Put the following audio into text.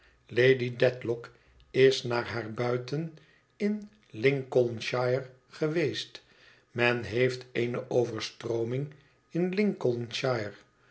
lady dedlock is naarhaar buiten in lincolnshire geweest men heeft eene overstrooming in lincolnshire